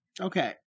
okay